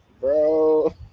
Bro